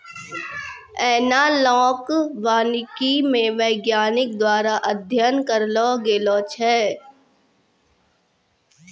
एनालाँक वानिकी मे वैज्ञानिक द्वारा अध्ययन करलो गेलो छै